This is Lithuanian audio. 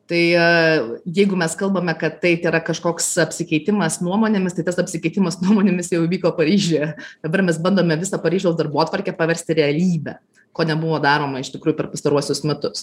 tai jeigu mes kalbame kad tai tėra kažkoks apsikeitimas nuomonėmis tai tas apsikeitimas nuomonėmis jau įvyko paryžiuje dabar mes bandome visą paryžiaus darbotvarkę paversti realybe ko nebuvo daroma iš tikrųjų per pastaruosius metus